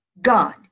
God